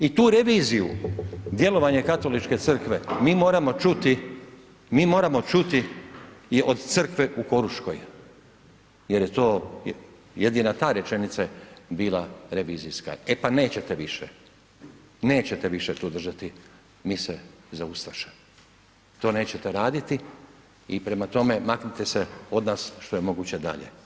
I tu reviziju djelovanja Katoličke crkve mi moramo čuti, mi moramo čuti od crkve u Koruškoj jer je to jedina ta rečenice bila revizijska, e pa nećete više, nećete više tu držati mise za ustaše, to nećete raditi i prema tome, maknite se od nas što je moguće dalje.